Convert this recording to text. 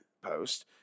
post